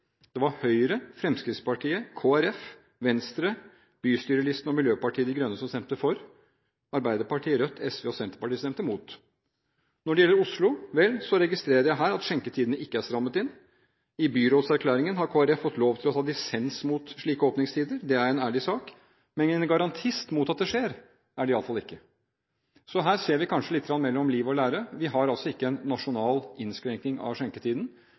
Det var Høyre, Fremskrittspartiet, Kristelig Folkeparti, Venstre, bystyrelisten og Miljøpartiet De Grønne som stemte for, og Arbeiderpartiet, Rødt, SV og Senterpartiet stemte imot. Når det gjelder Oslo, registrerer jeg at skjenketidene her ikke er strammet inn. I byrådserklæringen har Kristelig Folkeparti fått lov til å ta dissens mot slike åpningstider. Det er en ærlig sak, men en garantist mot at det skjer er de i alle fall ikke. Her ser vi kanskje litt forskjeller mellom liv og lære. Vi har ikke en nasjonal innskrenking av skjenketiden,